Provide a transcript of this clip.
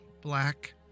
black